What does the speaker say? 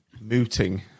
mooting